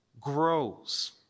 grows